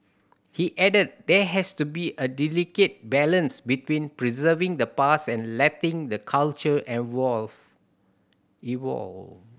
he added there has to be a delicate balance between preserving the past and letting the culture evolve